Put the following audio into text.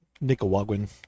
Nicaraguan